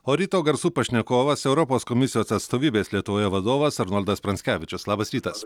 o ryto garsų pašnekovas europos komisijos atstovybės lietuvoje vadovas arnoldas pranckevičius labas rytas